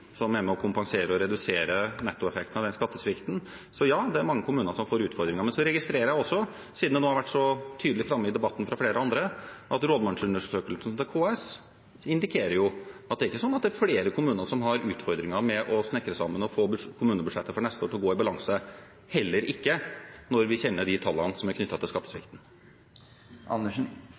er med på å kompensere for og redusere nettoeffekten av denne skattesvikten, så er det mange kommuner som får utfordringer. Men så registrerer jeg også, siden det nå har vært så tydelig framme i debatten fra flere andre, at rådmannsundersøkelsen til KS indikerer at det er ikke sånn at det er flere kommuner som har utfordringer med å snekre sammen og få kommunebudsjettet for neste år til å gå i balanse, heller ikke når vi kjenner de tallene som er knyttet til